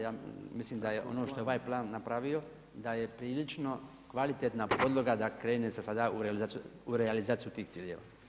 Ja mislim da je ono što je ovaj plan napravio da je prilično kvalitetna podloga da krene se sada u realizaciju tih ciljeva.